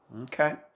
Okay